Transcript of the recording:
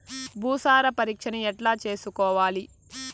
భూసార పరీక్షను ఎట్లా చేసుకోవాలి?